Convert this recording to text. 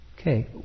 Okay